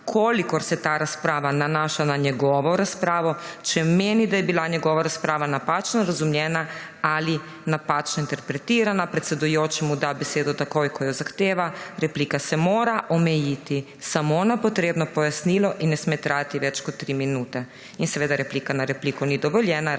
kolikor se ta razprava nanaša na njegovo razpravo, če meni, da je bila njegova razprava napačno razumljena ali napačno interpretirana. Predsedujoči mu da besedo takoj, ko jo zahteva. Replika se mora omejiti samo na potrebno pojasnilo in ne sme trajati več kot 3 minute. Replika na repliko ni dovoljena, rezane